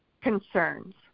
concerns